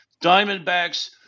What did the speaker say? Diamondbacks